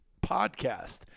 podcast